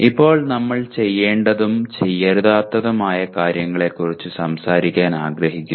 ഇപ്പോൾ നമ്മൾ ചെയ്യേണ്ടതും ചെയ്യരുതാത്തതുമായ കാര്യങ്ങളെക്കുറിച്ച് സംസാരിക്കാൻ ആഗ്രഹിക്കുന്നു